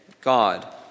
God